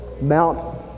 Mount